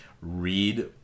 read